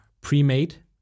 pre-made